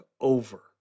over